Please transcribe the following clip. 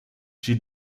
she